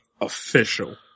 official